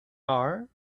are